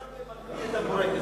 היית שם במקפיא את הבורקסים,